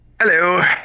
Hello